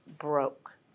broke